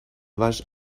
baix